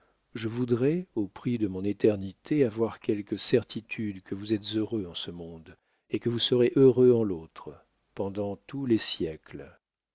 je voudrais au prix de mon éternité avoir quelque certitude que vous êtes heureux en ce monde et que vous serez heureux en l'autre pendant tous les siècles